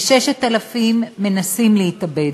כ-6,000 מנסים להתאבד,